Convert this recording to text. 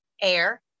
air